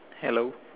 hello